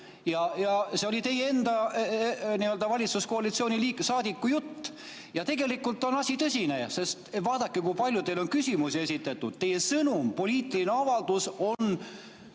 See oli teie enda valitsuskoalitsiooni liikme jutt. Tegelikult on asi tõsine, sest vaadake, kui palju teile on küsimusi esitatud. Teie sõnum, poliitiline avaldus, on